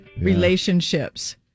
relationships